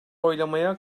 oylamaya